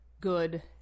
good